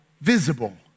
visible